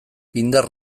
indar